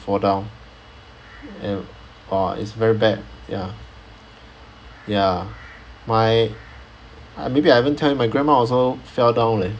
fall down and orh is very bad ya ya my maybe I haven't tell my grandma also fell down leh